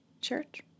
church